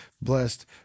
blessed